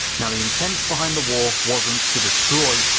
now, the intent behind the war wasn't to destroy,